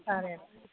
ꯑꯗꯨꯅ ꯐꯔꯦꯕ